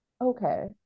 Okay